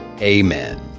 Amen